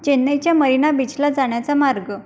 चेन्नईच्या मरिना बिचला जाण्याचा मार्ग